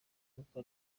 koko